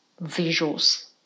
visuals